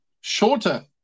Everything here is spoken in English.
Shorter